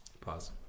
Pause